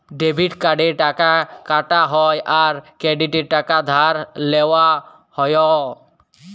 debit কার্ডে টাকা কাটা হ্যয় আর ক্রেডিটে টাকা ধার লেওয়া হ্য়য়